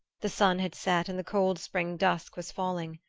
the sun had set and the cold spring dusk was falling.